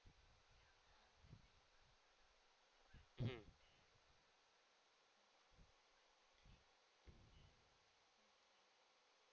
mmhmm